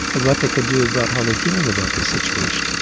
but what they could do about how they're feeling about this situation.